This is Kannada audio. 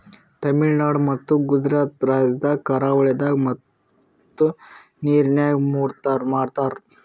ತಮಿಳುನಾಡ್ ಮತ್ತ್ ಗುಜರಾತ್ ರಾಜ್ಯದ್ ಕರಾವಳಿದಾಗ್ ಮುತ್ತ್ ಮೀನ್ಗಾರಿಕೆ ಮಾಡ್ತರ್